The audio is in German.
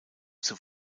zur